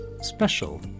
Special